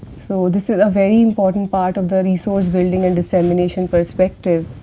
so, this is a very important part of the resource building and dissemination perspective,